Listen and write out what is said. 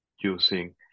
using